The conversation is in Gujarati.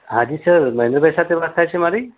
હાજી સર મહેન્દ્રભાઈ સાથે વાત થાય છે મારી